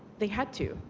they had to,